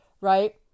right